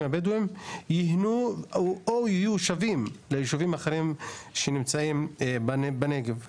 הבדואים יהיו שווים ליישובים אחרים שנמצאים בנגב,